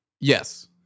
Yes